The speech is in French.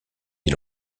des